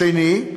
השני,